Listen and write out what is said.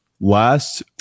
Last